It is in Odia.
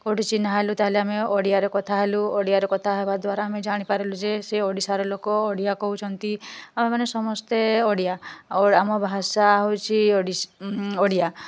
କେଉଁଠି ଚିହ୍ନା ହେଲୁ ତା'ହେଲେ ଆମେ ଓଡ଼ିଆରେ କଥାହେଲୁ ଓଡ଼ିଆରେ କଥା ହେବା ଦ୍ୱାରା ଆମେ ଜାଣିପାରିଲୁ ଯେ ସିଏ ଓଡ଼ିଶାର ଲୋକ ଓଡ଼ିଆ କହୁଛନ୍ତି ଆମେମାନେ ସମସ୍ତେ ଓଡ଼ିଆ ଆଉ ଆମ ଭାଷା ହେଉଛି ଓଡ଼ିଆ